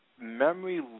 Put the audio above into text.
memory